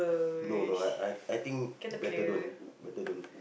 no no I I think better don't better don't